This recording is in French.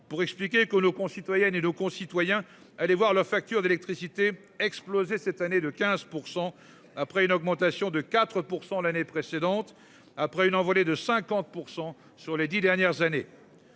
pour expliquer que nos concitoyennes et nos concitoyens. Allez voir la facture d'électricité explosé cette année de 15% après une augmentation de 4% l'année précédente après une envolée de 50% sur les 10 dernières années.--